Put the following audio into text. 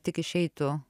tik išeitų